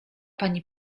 pani